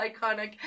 iconic